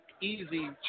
easy